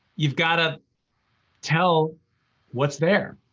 you've got to tell what's there.